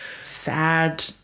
sad